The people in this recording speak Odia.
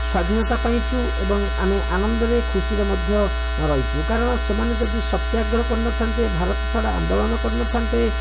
ସ୍ଵାଧୀନତା ପାଇଛୁ ଏବଂ ଆମେ ଆନନ୍ଦରେ ଖୁସିରେ ମଧ୍ୟ ରହିଛୁ କାରଣ ସେମାନେ ଯଦି ସତ୍ୟାଗ୍ରହ କରିନଥାନ୍ତେ ଭାରତଛାଡ଼ ଆନ୍ଦୋଳନ କରିନଥାନ୍ତେ